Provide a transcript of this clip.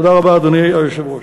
תודה רבה, אדוני היושב-ראש.